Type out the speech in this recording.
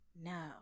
No